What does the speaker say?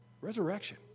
Resurrection